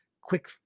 quick